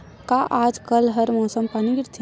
का आज कल हर मौसम पानी गिरथे?